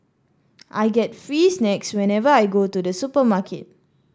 I get free snacks whenever I go to the supermarket